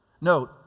Note